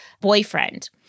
boyfriend